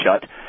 shut